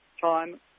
Time